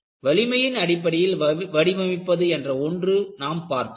வலிமையின் அடிப்படையில் வடிவமைப்பது என்ற ஒன்று நாம் பார்த்தோம்